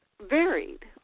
varied